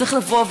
צריך לבוא,